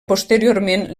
posteriorment